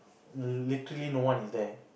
literally no one is there